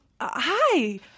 Hi